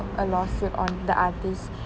a lawsuit on the artist